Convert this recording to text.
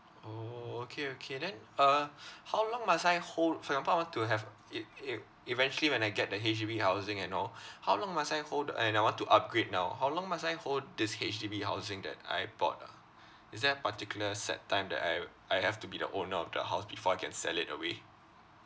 orh okay okay then uh how long must I hold for example I want to have e~ e~ eventually when I get the H_D_B housing and all how long must I hold and I want to upgrade now how long must I hold this H_D_B housing that I bought ah is there a particular set time that I I have to be the owner of the house before I can sell it away